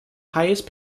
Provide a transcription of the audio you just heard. highest